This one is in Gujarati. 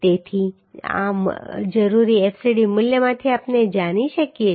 તેથી આ જરૂરી fcd મૂલ્યમાંથી આપણે જાણી શકીએ છીએ